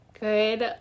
Good